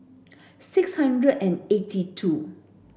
six hundred and eighty two